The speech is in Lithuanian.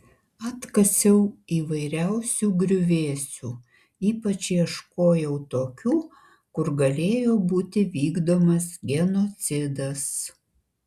atkasiau įvairiausių griuvėsių ypač ieškojau tokių kur galėjo būti vykdomas genocidas